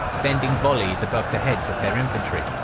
sending volleys above the heads of their infantry.